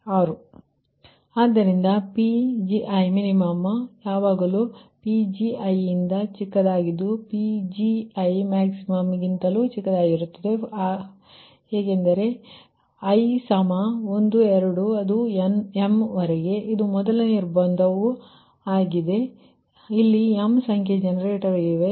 ಆದುದ್ದರಿಂದ PgiminPgiPgimax for i12m ಇದು ಮೊದಲ ನಿರ್ಬಂಧವು ಯಾಕೆಂದರೆ ಇಲ್ಲಿ m ಸಂಖ್ಯೆಯ ಜನರೇಟರ್ ಇವೆ